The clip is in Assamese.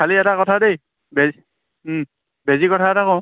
খালি এটা কথা দেই বেজী বেজী কথা এটা কওঁ